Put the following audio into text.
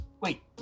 wait